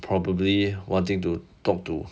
probably wanting to talk to